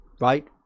right